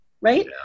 right